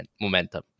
momentum